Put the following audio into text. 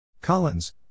Collins